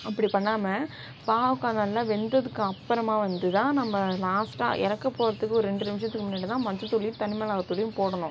அப்படி பண்ணாமல் பாவக்காய் நல்லா வெந்ததுக்கு அப்புறமா வந்து தான் நம்ம லாஸ்டாக இறக்கப்போறதுக்கு ஒரு ரெண்டு நிமிசத்துக்கு தான் முன்னாடி தான் மஞ்சத்தூளையும் தனிமிளகாத்தூளையும் போடணும்